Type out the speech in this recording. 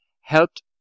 helped